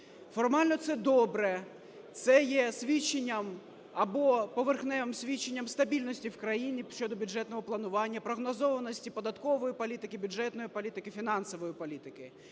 Формально це добре, це є свідченням, або поверхневим свідченням стабільності в країні щодо бюджетного планування, прогнозованості податкової політики, бюджетної політики, фінансової політики.